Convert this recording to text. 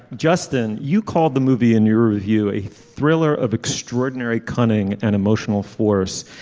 justin you called the movie in your review a thriller of extraordinary cunning and emotional force.